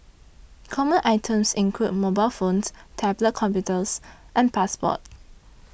common items include mobile phones tablet computers and passports